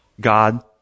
God